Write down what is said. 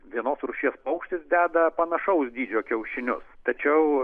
vienos rūšies paukštis deda panašaus dydžio kiaušinius tačiau